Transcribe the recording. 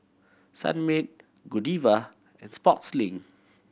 Sunmaid Godiva and Sportslink